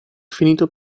finito